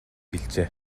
хэлжээ